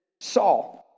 Saul